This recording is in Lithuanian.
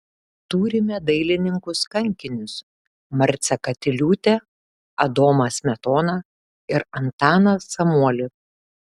turime dailininkus kankinius marcę katiliūtę adomą smetoną ir antaną samuolį